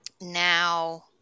now